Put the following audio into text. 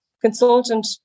consultant